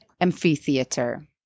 amphitheater